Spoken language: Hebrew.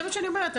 זה מה שאני אומרת,